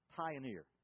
pioneer